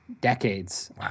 decades